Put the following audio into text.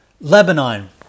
Lebanon